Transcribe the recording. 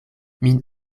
min